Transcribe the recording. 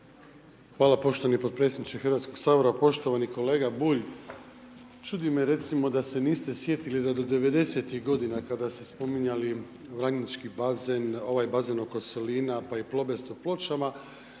Hvala poštovani podpredsjedniče HS-a. Poštovani kolega Bulj, čudi me, recimo, da se niste sjetili da do 90.-tih godina kada ste spominjali Lagnjinčki bazen, ovaj bazen oko Solina, pa i o Plobest u Pločama,